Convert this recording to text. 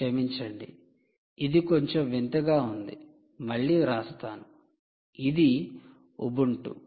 క్షమించండి ఇది కొంచెం వింతగా ఉంది మళ్ళీ వ్రాస్తాను ఇది ఉబుంటు